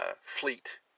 fleet